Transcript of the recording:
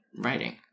Writing